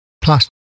Plus